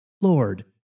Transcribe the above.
Lord